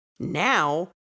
Now